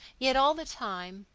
yet all the time,